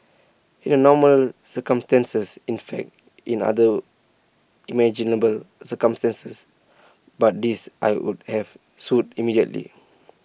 in A normal circumstances in fact in other imaginable circumstances but this I would have sued immediately